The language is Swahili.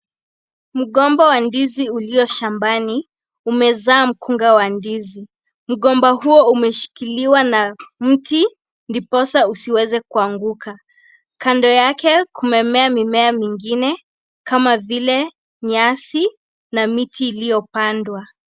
Mgomba wa ndizi ulio shambani umeshikilia mkunga wa ndizi. Mgomba huo umeshikiliwa na mti ndiposa usiweze kuanguka. Kando yake kumemea mimea mingine kama vile nyasi na miti iliyopandwa.